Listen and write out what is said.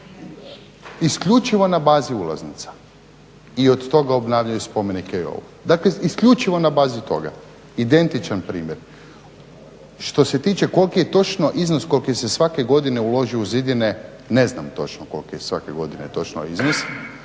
isključivo na bazi ulaznica i od toga obnavljaju spomenike i ovo. Dakle, isključivo na bazi toga, identičan primjer. Što se tiče koliki je točno iznos koliki se svake godine uloži u zidine ne znam točno koliki je svake godine iznos,